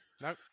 No